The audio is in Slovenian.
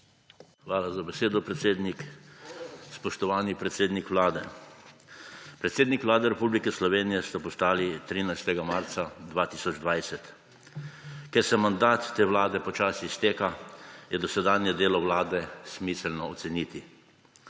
Hvala za besedo, predsednik. Spoštovani predsednik Vlade. Predsednik Vlade Republike Slovenije ste postali 13. marca 2020. Ker se mandat te vlade počasi izteka, je dosedanje delo vlade smiselno ocenili.